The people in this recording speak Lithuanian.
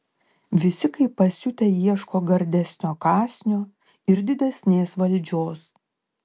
visi kaip pasiutę ieško gardesnio kąsnio ir didesnės valdžios